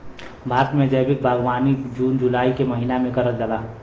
भारत में जैविक बागवानी जून जुलाई के महिना में करल जाला